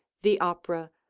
the opera,